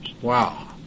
Wow